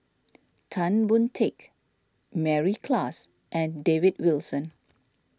Tan Boon Teik Mary Klass and David Wilson